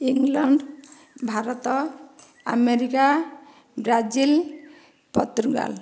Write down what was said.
England Bharat America Brazil Portugal